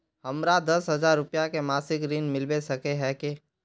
हमरा दस हजार रुपया के मासिक ऋण मिलबे सके है की?